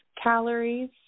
calories